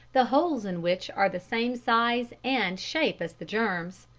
the holes in which are the same size and shape as the germs,